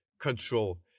control